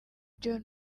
byose